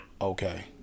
Okay